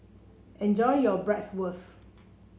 enjoy your Bratwurst